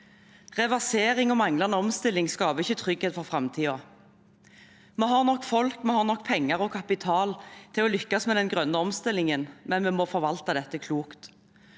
Reversering og manglende omstilling skaper ikke trygghet for framtiden. Vi har nok folk, penger og kapital til å lykkes med den grønne omstillingen, men vi må forvalte dette klokt.